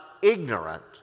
ignorant